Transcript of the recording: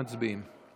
מצביעים.